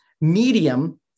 medium